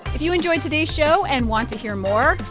if you enjoyed today's show and want to hear more,